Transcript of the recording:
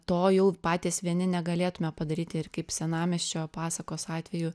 to jau patys vieni negalėtume padaryti ir kaip senamiesčio pasakos atveju